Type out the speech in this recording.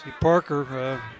Parker